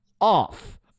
off